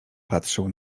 patrzył